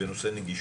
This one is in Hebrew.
בנושא נגישות?